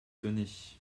tenais